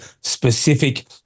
specific